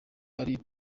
iri